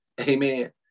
Amen